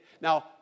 Now